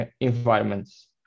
environments